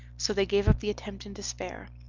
so they gave up the attempt in despair.